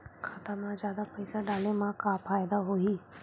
खाता मा जादा पईसा डाले मा का फ़ायदा होही?